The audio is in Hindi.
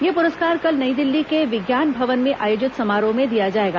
यह पुरस्कार कल नई दिल्ली के विज्ञान भवन में आयोजित समारोह में दिया जाएगा